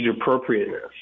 appropriateness